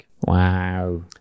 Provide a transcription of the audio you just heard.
Wow